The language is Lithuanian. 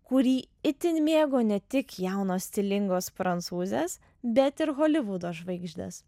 kurį itin mėgo ne tik jaunos stilingos prancūzės bet ir holivudo žvaigždės